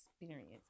experience